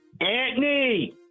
Anthony